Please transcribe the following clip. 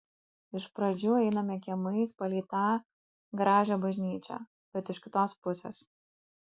iš pradžių einame kiemais palei tą gražią bažnyčią bet iš kitos pusės